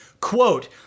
Quote